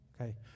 Okay